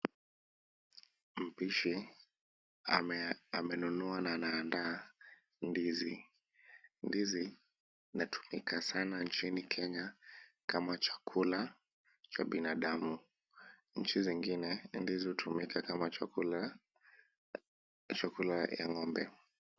Mpishi amenunua na anaandaa ndizi. Ndizi inatumika sana nchini Kenya kama chakula cha binadamu. Nchi zingine ndizi hutumika kama chakula ya ng'ombe.